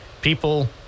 people